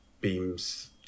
beams